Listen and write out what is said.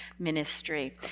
Ministry